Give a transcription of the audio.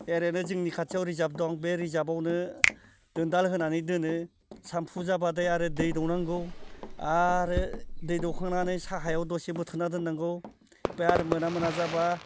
ओरैनो जोंनि खाथियाव रिजाब दं बे रिजाबावनो दोन्दाल होनानै दोनो सानजौफु जाब्लाथाय आरो दै दौनांगौ आरो दै दौखांनानै सायायाव दसे बोथ्रोदना दोननांगौ ओमफाय आरो मोना मोना जाब्ला